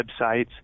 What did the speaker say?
websites